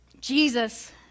Jesus